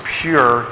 pure